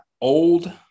Old